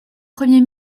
premier